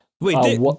Wait